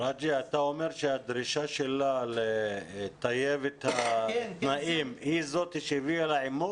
אתה אומר שהדרישה שלה לטיוב התנאים היא שהביאה לעימות?